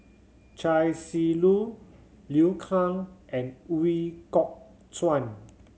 Chia Shi Lu Liu Kang and Ooi Kok Chuen